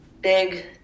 big